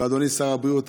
אדוני שר הבריאות,